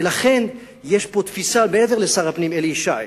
ולכן, יש פה תפיסה מעבר לשר הפנים אלי ישי.